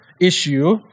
issue